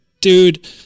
dude